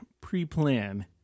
pre-plan